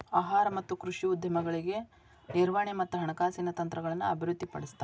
ಆಹಾರ ಮತ್ತ ಕೃಷಿ ಉದ್ಯಮಗಳಿಗೆ ನಿರ್ವಹಣೆ ಮತ್ತ ಹಣಕಾಸಿನ ತಂತ್ರಗಳನ್ನ ಅಭಿವೃದ್ಧಿಪಡಿಸ್ತಾರ